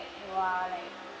you are like